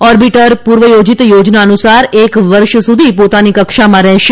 orbiter પૂર્વ યોજીત યોજીના અનુસાર એક વર્ષ સુધી પોતાની કક્ષામાં રહેશે